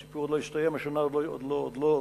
הסיפור עוד לא הסתיים, השנה עוד לא נגמרה.